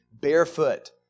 barefoot